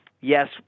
Yes